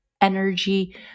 energy